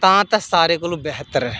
तां ते सारे कोला बैह्तर ऐ